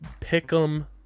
Pick'em